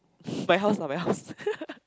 my house not my house